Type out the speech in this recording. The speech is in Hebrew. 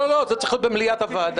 לא, זה צריך להיות במליאת הוועדה.